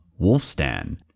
Wolfstan